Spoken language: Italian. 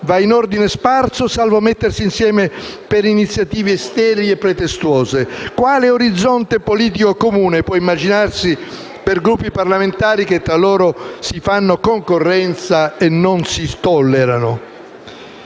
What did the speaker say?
va in ordine sparso, salvo mettersi insieme per iniziative sterili e pretestuose? Quale orizzonte politico comune può immaginarsi per Gruppi parlamentari che tra loro si fanno concorrenza e non si tollerano?